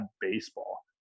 baseball